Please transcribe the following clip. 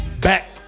back